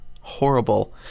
horrible